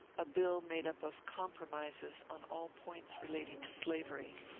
a bill made up of compromises on all points relating to slavery.